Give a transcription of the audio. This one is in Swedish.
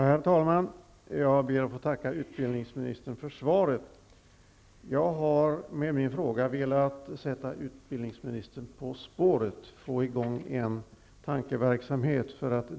Herr talman! Jag ber att få tacka utbildningsministern för svaret. Med min fråga har jag velat sätta utbildningsministern på spåret, få i gång en tankeverksamhet.